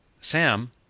Sam